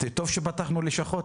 טוב שפתחנו לשכות.